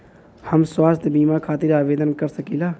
हम स्वास्थ्य बीमा खातिर आवेदन कर सकीला?